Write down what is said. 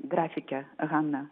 grafikė hana